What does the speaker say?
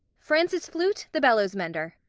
francis flute, the bellows-mender.